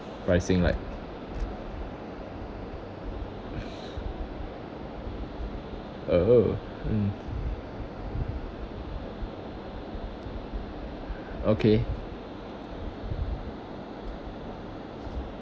pricing like oh mm okay